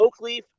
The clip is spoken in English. Oakleaf